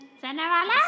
Cinderella